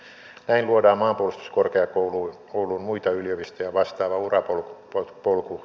näin luodaan maanpuolustuskorkeakouluun muita yliopistoja vastaava urapolku tutkijoille